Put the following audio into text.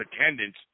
attendance